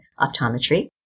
Optometry